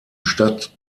stadt